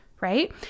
right